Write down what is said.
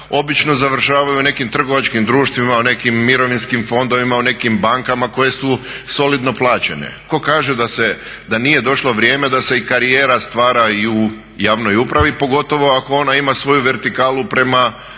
obično završavaju u nekim trgovačkim društvima, u nekim mirovinskim fondovima, u nekim bankama koje su solidno plaćene. Tko kaže da nije došlo vrijeme da se i karijera stvar i u javnoj upravi pogotovo ako ona ima svoju vertikalu prema